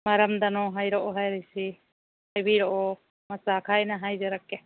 ꯃꯔꯝꯗꯅꯣ ꯍꯥꯏꯔꯛꯑꯣ ꯍꯥꯏꯔꯤꯁꯤ ꯍꯥꯏꯕꯤꯔꯛꯑꯣ ꯃꯆꯥꯛ ꯈꯥꯏꯅ ꯍꯥꯏꯖꯔꯛꯀꯦ